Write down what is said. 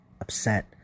upset